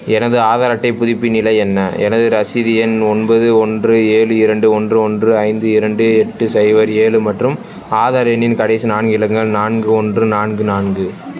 எனது ஆதார் அட்டை புதுப்பின் நிலை என்ன எனது ரசீது எண் ஒன்பது ஒன்று ஏழு இரண்டு ஒன்று ஒன்று ஐந்து இரண்டு எட்டு சைபர் ஏழு மற்றும் ஆதார் எண்ணின் கடைசி நான்கு இலக்கங்கள் நான்கு ஒன்று நான்கு நான்கு